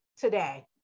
today